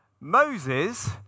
Moses